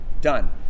done